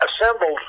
assembled